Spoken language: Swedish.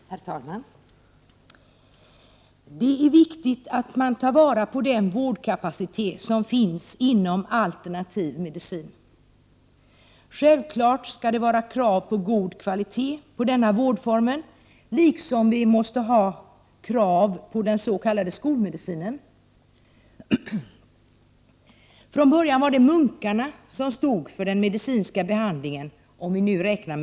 Herr talman! Det är viktigt att man tar vara på den vårdkapacitet som finns inom alternativ medicin. Självfallet skall det ställas krav på god kvalitet inom denna vårdform, på samma sätt som vi måste ställa krav på den s.k. skolmedicinen. I modern tid har det från början varit munkarna som stått för den medicinska behandlingen.